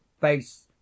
face